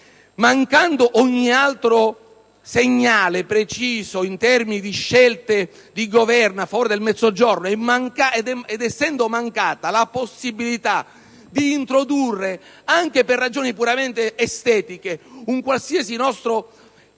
Mancando dunque ogni altro preciso segnale in termini di scelte di Governo a favore del Mezzogiorno ed essendo mancata la possibilità di introdurre, anche per ragioni puramente estetiche, una qualsiasi nostra